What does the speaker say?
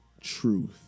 truth